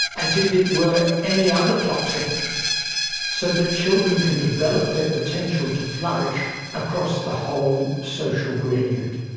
as if it were any other toxin so that children can develop their potential to flourish across the whole social gradient,